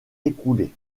écoulée